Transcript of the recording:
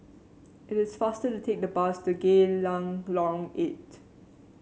it is faster to take the bus to Geylang Lorong Eight